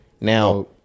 now